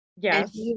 Yes